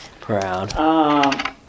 proud